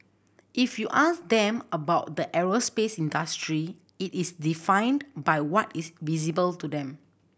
if you ask them about the aerospace industry it is defined by what is visible to them